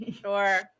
sure